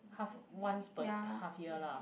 half once per half year lah